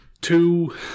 two